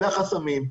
אלה החסמים,